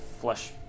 flesh